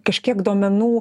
kažkaip kažkiek duomenų